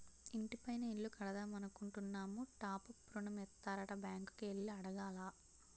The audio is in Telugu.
ఇంటి పైన ఇల్లు కడదామనుకుంటున్నాము టాప్ అప్ ఋణం ఇత్తారట బ్యాంకు కి ఎల్లి అడగాల